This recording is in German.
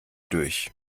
durch